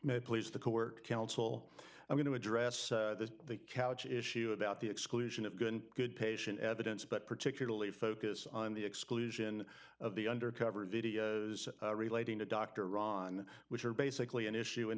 may please the co work counsel i'm going to address the couch issue about the exclusion of good good patient evidence but particularly focus on the exclusion of the undercover videos relating to dr ron which are basically an issue in